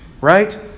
right